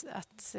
att